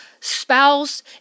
spouse